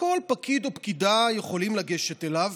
שכל פקיד או פקידה יכולים לגשת אליו,